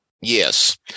yes